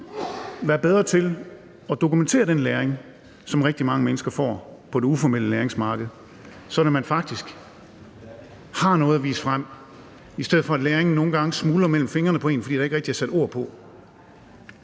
være bedre til at dokumentere den læring, som rigtig mange mennesker får på det uformelle læringsmarked, sådan at de faktisk har noget at vise frem, i stedet for at læringen nogle gange smuldrer mellem fingrene på dem, fordi der ikke rigtig er sat ord på.